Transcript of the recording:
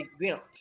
exempt